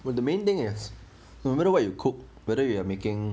the main thing is no matter what you cook whether you are making